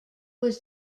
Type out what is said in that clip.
was